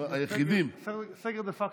היחידים, סגר דה פקטו.